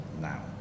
now